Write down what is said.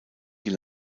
die